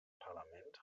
parlament